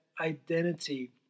identity